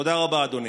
תודה רבה, אדוני.